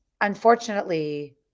unfortunately